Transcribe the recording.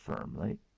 firmly